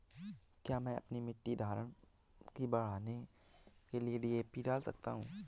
क्या मैं अपनी मिट्टी में धारण की मात्रा बढ़ाने के लिए डी.ए.पी डाल सकता हूँ?